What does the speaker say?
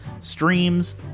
streams